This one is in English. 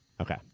Okay